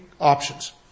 options